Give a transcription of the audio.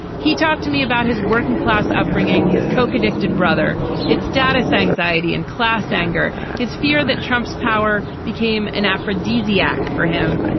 he talked to me about his working class upbringing his coke addicted brother his status anxiety and class anger his fear that trump's power became an aphrodisiac for him.